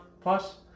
Plus